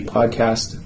Podcast